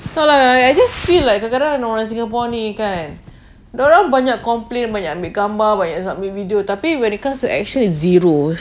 so like I I just feel like kadang-kadang orang singapore ini kan dorang banyak complain banyak ambil gambar banyak submit video when it comes to action it's zero so annoying